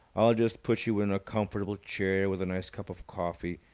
i'll just put you in a comfortable chair with a nice cup of coffee,